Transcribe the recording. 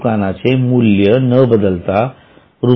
दुकानाचे मूल्य न बदलता रु